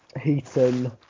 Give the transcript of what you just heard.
Heaton